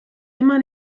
immer